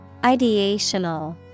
Ideational